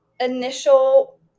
initial